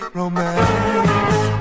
romance